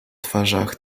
twarzach